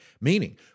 meaning